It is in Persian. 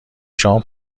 شام